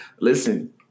listen